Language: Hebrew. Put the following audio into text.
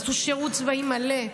עשו שירות צבאי מלא.